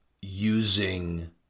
using